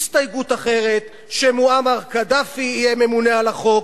הסתייגות אחרת, שמועמר קדאפי יהיה ממונה על החוק.